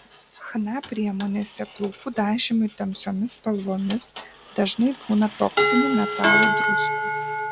chna priemonėse plaukų dažymui tamsiomis spalvomis dažnai būna toksinių metalų druskų